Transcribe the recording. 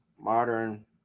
Modern